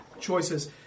choices